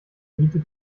miete